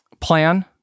plan